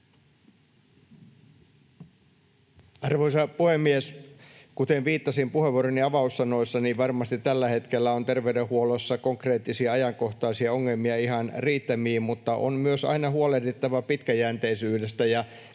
Arvoisa puhemies! Kuten viittasin puheenvuoroni avaussanoissa, niin varmasti tällä hetkellä on terveydenhuollossa konkreettisia ajankohtaisia ongelmia ihan riittämiin, mutta on myös aina huolehdittava pitkäjänteisyydestä